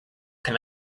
can